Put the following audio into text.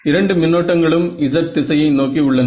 இரண்டு மின்னோட்டங்களும் z திசையை நோக்கி உள்ளன